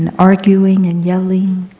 and arguing and yelling,